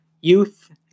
youth